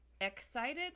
excited